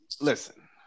Listen